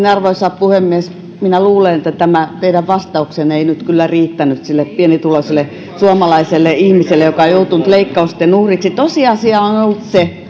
arvoisa puhemies minä luulen että teidän vastauksenne ei nyt kyllä riittänyt sille pienituloiselle suomalaiselle ihmiselle joka on joutunut leikkausten uhriksi tosiasia on ollut se